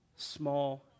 small